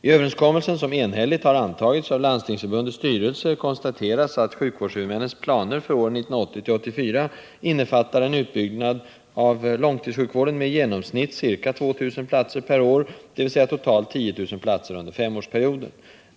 I överenskommelsen, som enhälligt antagits av Landstingsförbundets styrelse, konstateras att sjukvårdshuvudmännens planer för åren 1980-1984 innefattar en utbyggnad av långtidssjukvården med i genomsnitt ca 2 000 platser per år, dvs. totalt 10 000 platser under femårsperioden.